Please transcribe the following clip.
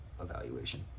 evaluation